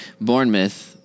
Bournemouth